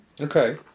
Okay